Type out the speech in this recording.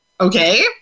okay